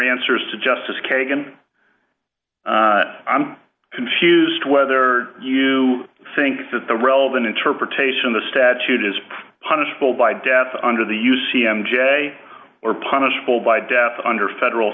answers to justice kagan i'm confused whether you think that the relevant interpretation of the statute is punishable by death under the u c m j or punishable by death under federal